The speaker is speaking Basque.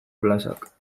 plazak